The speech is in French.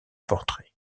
portrait